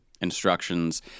instructions